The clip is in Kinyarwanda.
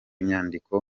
nyandiko